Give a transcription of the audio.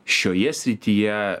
šioje srityje